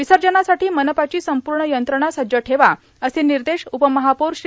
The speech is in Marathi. विसर्जनासाठी मनपाची संपूर्ण यंत्रणा सज्ज ठेवा असे निर्देश उपमहापौर श्री